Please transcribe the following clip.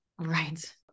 Right